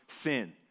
sin